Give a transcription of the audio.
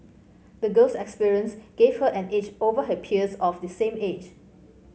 the girl's experience gave her an edge over her peers of the same age